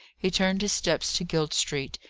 he turned his steps to guild street,